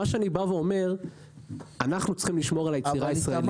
אני אומר שאנחנו צריכים לשמור על היצירה הישראלית.